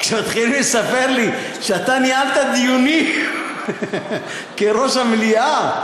כשמתחילים לספר לי שאתה ניהלת דיונים כראש המליאה,